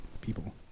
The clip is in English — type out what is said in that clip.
people